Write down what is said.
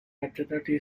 maternity